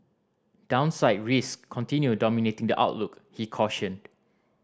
downside risk continue dominating the outlook he cautioned